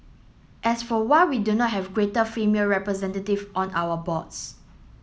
as for why we don't have greater female representation on our boards